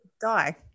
die